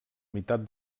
meitat